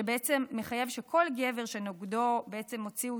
שבעצם מחייב שכל גבר שהוציאו נגדו צו